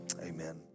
amen